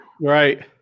Right